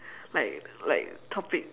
like like topic